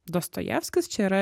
dostojevskis čia yra